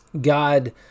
God